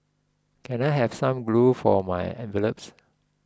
can I have some glue for my envelopes